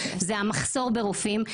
היא המחסור ברופאים.